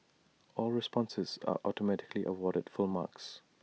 all responses are automatically awarded full marks